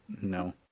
no